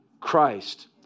Christ